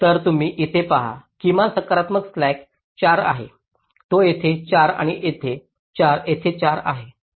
तर तुम्ही इथे पहा किमान सकारात्मक स्लॅक 4 आहे तो येथे 4 येथे 4 येथे 4 आहे